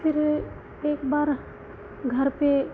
फिर एक बार घर पे